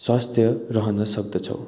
स्वस्थ रहन सक्दछौँ